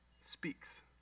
speaks